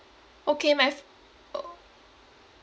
okay my f~ oo